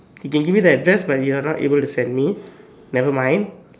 he can give me the address but not able to send me nevermind